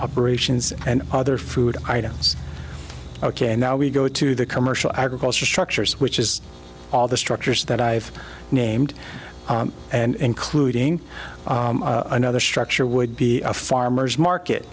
operations and other food items ok and now we go to the commercial agriculture structures which is all the structures that i have named and including another structure would be a farmer's market